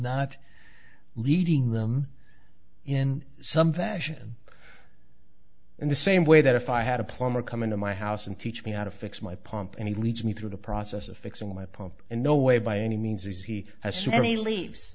not leading them in some fashion in the same way that if i had a plumber come into my house and teach me how to fix my pump and he leads me through the process of fixing my pump in no way by any means as he has so many leaves